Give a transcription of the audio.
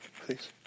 Please